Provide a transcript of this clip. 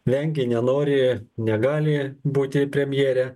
vengia nenori negali būti premjere